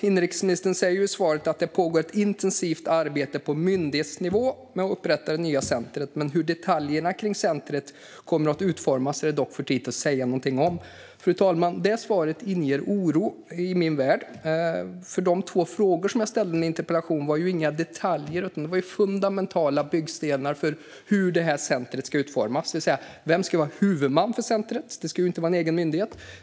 Inrikesministern sa i sitt svar att det pågår ett intensivt arbete på myndighetsnivå för att inrätta ett nytt center, men hur detaljerna runt centret ska utformas är det för tidigt att säga något om. Fru talman! Det svaret inger oro i min värld. De två frågor jag ställde i min interpellation rörde inga detaljer utan fundamentala byggstenar för hur centret ska utformas. Vem ska vara huvudman för centret? Det ska inte vara en egen myndighet.